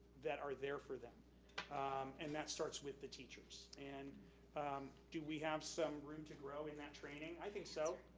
that are there for them and that starts with the teachers. and do we have some room to grow in that training? i think so.